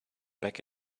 back